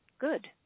good